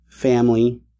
family